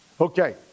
Okay